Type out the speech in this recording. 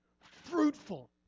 fruitful